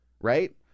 right